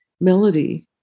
melody